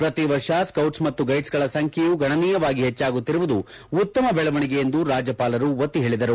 ಪ್ರತಿವರ್ಷ ಸ್ಕೌಟ್ಸ್ ಮತ್ತು ಗೈಡ್ಸ್ಗಳ ಸಂಖ್ಯೆಯೂ ಗಣನೀಯವಾಗಿ ಹೆಚ್ಚಾಗುತ್ತಿರುವುದು ಉತ್ತಮ ಬೆಳವಣಿಗೆ ಎಂದು ರಾಜ್ಯಪಾಲರು ಒತ್ತಿ ಹೇಳಿದರು